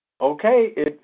Okay